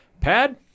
Pad